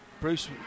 Bruce